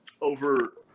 over